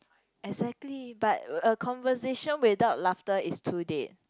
exactly but a conversation without laughter is too deep